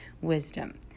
wisdom